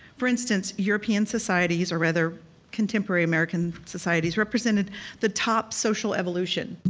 for instance, european societies, or rather contemporary american societies, represented the top social evolution,